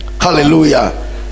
Hallelujah